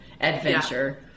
adventure